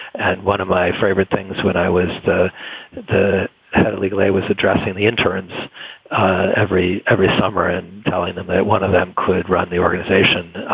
and one of my favorite things when i was the the head of legal aid was addressing the interns every every summer and telling them that one of them could run the organization,